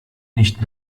nicht